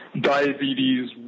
Diabetes